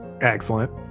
excellent